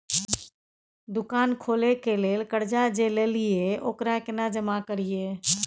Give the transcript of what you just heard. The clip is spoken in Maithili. दुकान खोले के लेल कर्जा जे ललिए ओकरा केना जमा करिए?